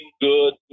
good